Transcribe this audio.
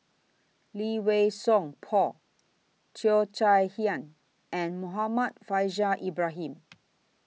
Lee Wei Song Paul Cheo Chai Hiang and Muhammad Faishal Ibrahim